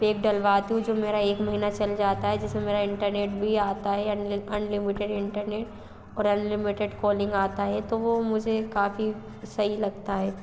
pack डलवाती हूँ जो मेरा एक महीना चल जाता है जिस में मेरा इंटरनेट भी आता है अनलिमिटेड इंटरनेट और अनलिमिटेड कोलिंग आता है तो वो मुझे काफ़ी सही लगता है